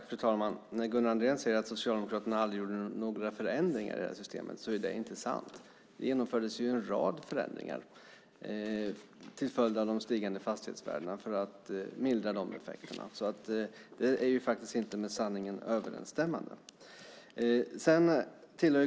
Fru talman! Gunnar Andrén säger att Socialdemokraterna aldrig gjorde några förändringar i det här systemet, men det är inte sant. Det genomfördes en rad förändringar till följd av de stigande fastighetsvärdena för att mildra effekterna. Det är inte med sanningen överensstämmande.